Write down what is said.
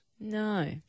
No